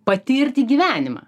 patirti gyvenimą